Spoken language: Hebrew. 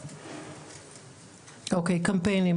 קמפיינים,